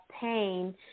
pain